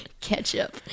Ketchup